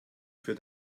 für